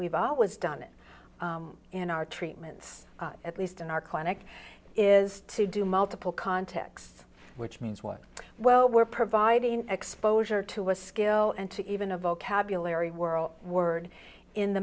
we've always done it in our treatments at least in our clinic is to do multiple contexts which means what well we're providing exposure to a skill and to even a vocabulary world word in